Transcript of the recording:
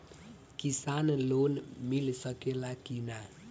किसान लोन मिल सकेला कि न?